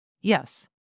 Yes